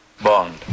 Bond